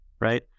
right